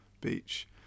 Beach